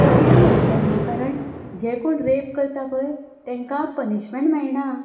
तर किद्याक वाडटा ह्यो कारण जे कोण रेप करता पळय तांकां पनिशमेंट मेळना